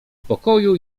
pokoju